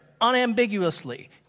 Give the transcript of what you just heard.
unambiguously